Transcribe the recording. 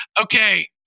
okay